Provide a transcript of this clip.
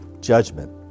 judgment